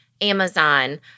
Amazon